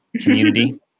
community